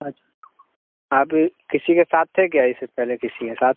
अच्छा आप किसी के साथ थे क्या इससे पहले किसी के साथ